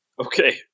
Okay